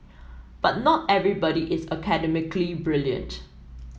but not everybody is academically brilliant